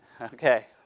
Okay